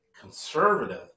conservative